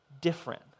different